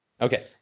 Okay